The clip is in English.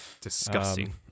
Disgusting